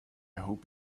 hope